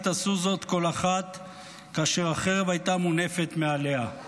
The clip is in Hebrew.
עשו זאת כל אחת כאשר החרב הייתה מונפת מעליה.